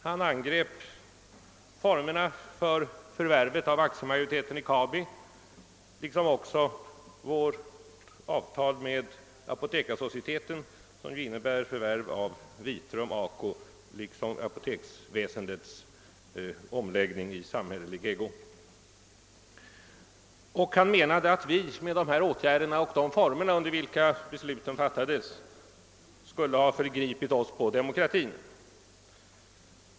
Han angrep vidare formerna för förvärvet av aktiemajoriteten i Kabi liksom också vårt avtal med Apotekarsocieteten, som innebar förvärv av Vitrum-ACO liksom apoteksväsendets omläggning i samhällelig ägo. Han menade att vi med dessa åtgärder och de former under vilka besluten fattades skulle ha förgripit oss på demokratin.